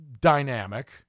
dynamic